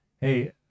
hey